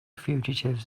fugitives